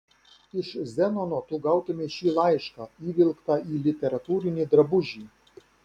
iš zenono tu gautumei šį laišką įvilktą į literatūrinį drabužį